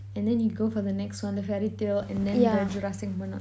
and then you go for the next one the fairytale and then the Jurassic World